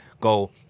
go